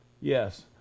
Yes